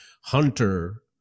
hunter